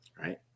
right